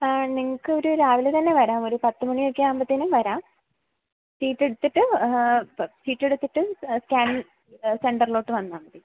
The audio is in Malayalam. നിങ്ങൾക്ക് ഒരു രാവിലെ തന്നെ വരാം ഒര് പത്ത് മണിയൊക്കെ ആകുമ്പത്തേനും വരാം ചീട്ടെടുത്തിട്ട് അപ്പം ചീട്ടെടുത്തിട്ട് സ്കാനിംഗ് സെൻ്ററിലോട്ട് വന്നാൽ മതി